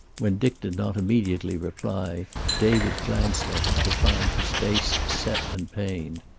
when dick did not immediately reply david glanced at him, to find his face set and pained.